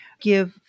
give